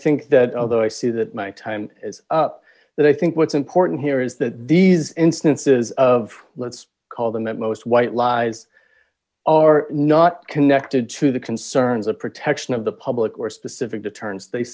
think that although i see that my time is up that i think what's important here is that these instances of let's call them that most white lies are not connected to the concerns of protection of the public or specific deterrents they